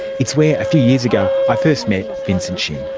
it's where a few years ago, i first met vincent shin.